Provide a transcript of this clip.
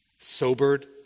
sobered